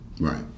right